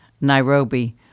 Nairobi